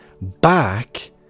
Back